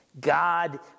God